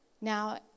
Now